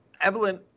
Evelyn